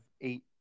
eight